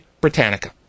Britannica